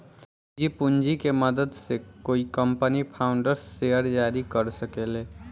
निजी पूंजी के मदद से कोई कंपनी फाउंडर्स शेयर जारी कर सके ले